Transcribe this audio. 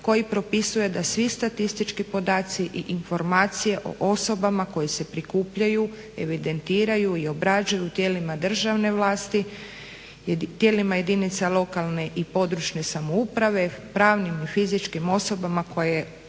koji propisuje da svi statistički podaci i informacije o osobama koje se prikupljaju, evidentiraju i obrađuju u tijelima državne vlasti i tijelima jedinica lokalne i područne samouprave, pravnim i fizičkim osobama koje